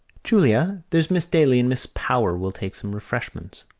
julia, there's miss daly and miss power will take some refreshment.